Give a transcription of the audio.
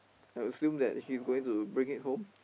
I assume that she's going to bring it home